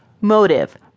Motive